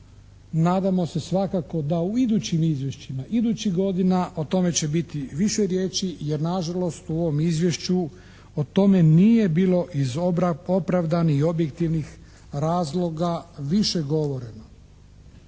nadamo se svakako da u idućim izvješćima idućih godina o tome će biti više riječi jer nažalost u ovom Izvješću o tome nije bilo, iz opravdanih i objektivnih razloga, više govoreno.